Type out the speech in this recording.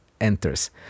enters